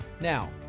Now